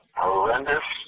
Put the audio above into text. horrendous